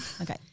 Okay